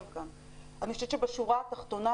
בשורה התחתונה,